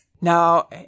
Now